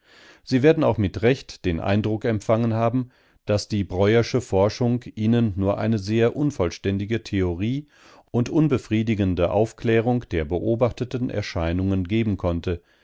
sie werden auch mit recht den eindruck empfangen haben daß die breuersche forschung ihnen nur eine sehr unvollständige theorie und unbefriedigende aufklärung der beobachteten erscheinungen geben konnte